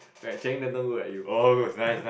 right Channing Tatum look like you